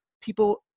people